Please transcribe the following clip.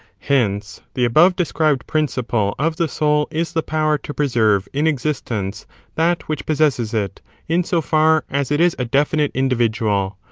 hence the above described principle of the soul is the power to preserve in existence that which possesses it in so far as it is a definite individual,